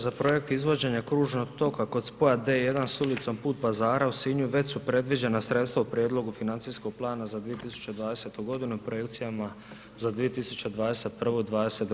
Za projekt izvođenja kružnog toka kod spoja D1 s Ulicom put pazara u Sinju već su predviđena sredstva u prijedlogu financijskog plana za 2020. g. i projekcijama za 2021. i 2022.